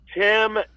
Tim